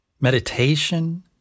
meditation